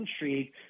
intrigue